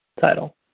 title